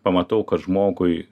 pamatau kad žmogui